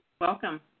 Welcome